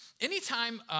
Anytime